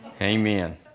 Amen